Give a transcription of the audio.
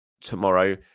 tomorrow